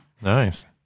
Nice